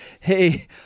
hey